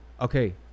Okay